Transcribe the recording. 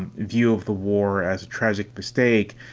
and view of the war as a tragic mistake.